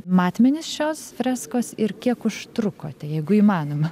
matmenis šios freskos ir kiek užtrukote jeigu įmanoma